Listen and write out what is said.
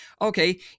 Okay